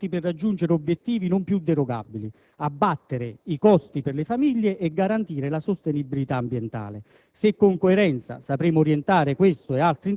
Liberalizzazioni e mercato sono strumenti per raggiungere obiettivi non più derogabili: abbattere i costi per le famiglie e garantire la sostenibilità ambientale.